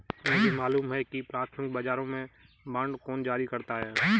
मुझे मालूम है कि प्राथमिक बाजारों में बांड कौन जारी करता है